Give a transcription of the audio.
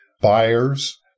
buyers